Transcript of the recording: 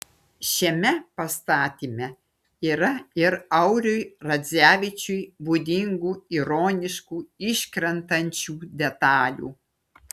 šiame pastatyme yra ir auriui radzevičiui būdingų ironiškų iškrentančių detalių